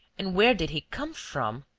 and where did he come from?